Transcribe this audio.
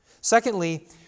Secondly